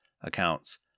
accounts